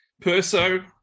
Perso